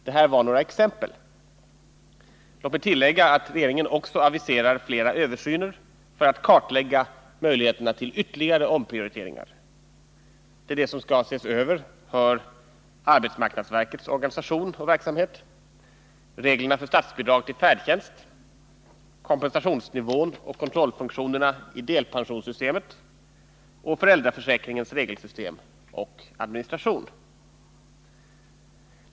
Detta var några exempel. Det bör också nämnas att regeringen aviserar flera översyner för att kartlägga möjligheterna till ytterligare omprioriteringar. Till det som skall ses över hör arbetsmarknadsverkets organisation och verksamhet, reglerna för statsbidrag till färdtjänst, kompensationsnivån och kontrollfunktionerna i delpensionssystemet och föräldraförsäkringens regelsystem och administration.